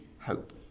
hope